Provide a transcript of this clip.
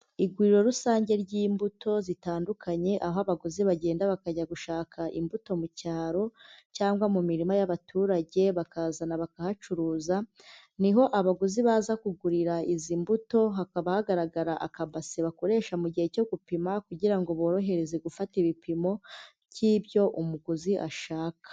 Iguriro rusange ry'imbuto zitandukanye, aho abaguzi bagenda bakajya gushaka imbuto mu cyaro cyangwa mu mirima y'abaturage bakazana bakahacuruza, niho abaguzi baza kugurira izi mbuto, hakaba hagaragara akabase bakoresha mu gihe cyo gupima kugira ngo borohereze gufata ibipimo by'ibyo umuguzi ashaka.